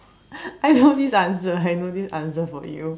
I know this answer I know this answer for you